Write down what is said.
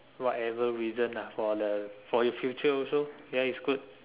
whatever reason for the for his future also then it's good